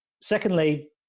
Secondly